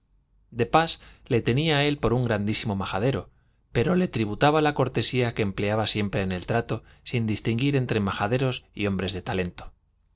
de pas le tenía a él por un grandísimo majadero pero le tributaba la cortesía que empleaba siempre en el trato sin distinguir entre majaderos y hombres de talento